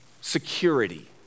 security